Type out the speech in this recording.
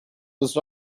not